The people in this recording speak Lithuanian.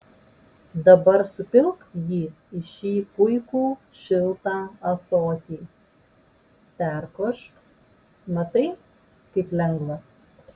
dabar supilk jį į šį puikų šiltą ąsotį perkošk matai kaip lengva